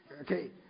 Okay